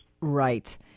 Right